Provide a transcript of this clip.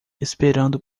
esperando